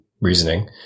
reasoning